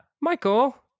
Michael